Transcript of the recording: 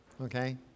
okay